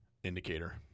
Indicator